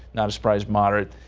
not a surprise moderate.